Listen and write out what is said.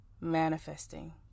manifesting